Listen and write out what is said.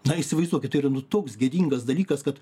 na įsivaizduokit tai yra nu toks gėdingas dalykas kad